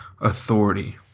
authority